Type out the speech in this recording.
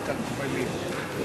זה בסדר.